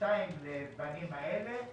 ושתיים לבנים האלה,